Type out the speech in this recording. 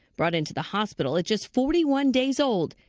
brought into the hospital at just forty one days old.